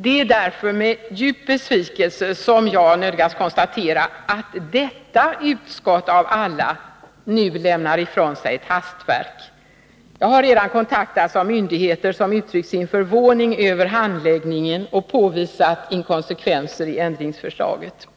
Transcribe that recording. Det är därför med djup besvikelse som jag nödgas konstatera att detta utskott av alla nu lämnar ifrån sig ett hastverk. Jag har redan kontaktats av myndigheter som uttryckt sin förvåning över handläggningen och påvisat inkonsekvenser i ändringsförslaget.